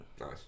Nice